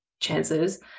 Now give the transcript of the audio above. chances